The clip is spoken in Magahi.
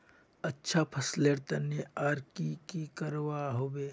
अच्छा फसलेर तने आर की की करवा होबे?